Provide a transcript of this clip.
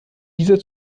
dieser